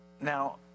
now